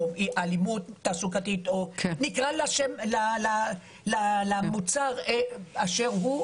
אלימות תעסוקתית או נקרא למוצר אשר הוא